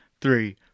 three